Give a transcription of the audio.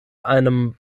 einem